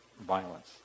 violence